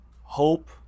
hope